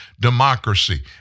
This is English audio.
democracy